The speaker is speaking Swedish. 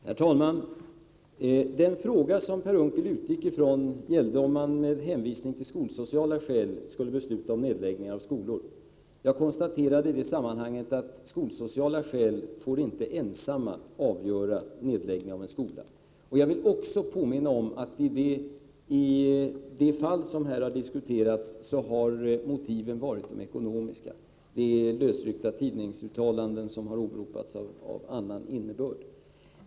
Herr talman! Den fråga som Per Unckel utgick från gällde om man, med hänvisning till skolsociala skäl, skulle besluta om nedläggning av skolan. Jag konstaterade i det sammanhanget, att skolsociala skäl inte ensamma får avgöra om en skola skall läggas ned. Jag vill också påminna om att i det fall som här har diskuterats har motiven varit ekonomiska. De uttalanden av annan innebörd som har åberopats är lösryckta tidningsuttalanden.